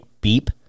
beep